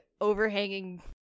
overhanging